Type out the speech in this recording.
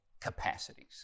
capacities